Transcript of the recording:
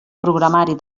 programari